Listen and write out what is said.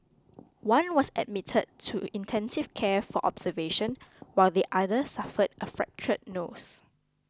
one was admitted to intensive care for observation while the other suffered a fractured nose